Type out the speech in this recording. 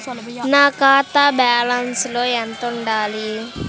నా ఖాతా బ్యాలెన్స్ ఎంత ఉండాలి?